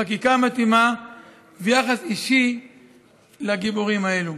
חקיקה מתאימה ויחס אישי לגיבורים האלה.